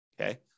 Okay